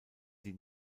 die